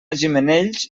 gimenells